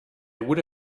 would